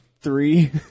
Three